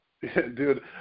dude